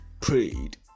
prayed